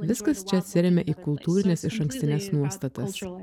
viskas čia atsiremia į kultūrines išankstines nuostatas